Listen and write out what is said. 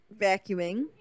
vacuuming